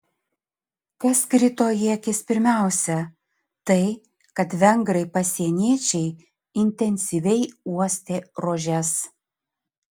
kas krito į akis pirmiausia tai kad vengrai pasieniečiai intensyviai uostė rožes